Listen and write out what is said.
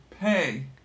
Pay